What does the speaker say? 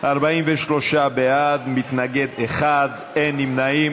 43 בעד, מתנגד אחד, אין נמנעים.